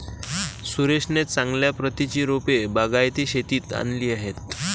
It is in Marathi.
सुरेशने चांगल्या प्रतीची रोपे बागायती शेतीत आणली आहेत